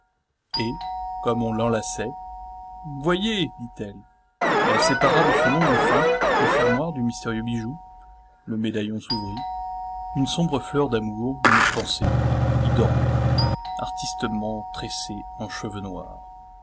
et comme on l'enlaçait voyez dit-elle elle sépara de son ongle fin les fermoirs du mystérieux bijou le médaillon s'ouvrit une sombre fleur d'amour une pensée y dormait artistement tressée en cheveux noirs